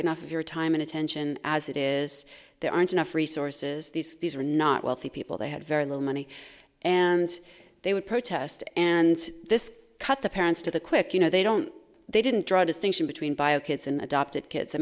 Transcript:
enough of your time and attention as it is there aren't enough resources these are not wealthy people they had very little money and they would protest and this cut the parents to the quick you know they don't they didn't draw distinction between bio kids